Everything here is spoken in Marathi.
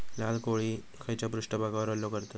लाल कोळी खैच्या पृष्ठभागावर हल्लो करतत?